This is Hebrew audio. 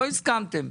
לא הסכמתם.